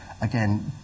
again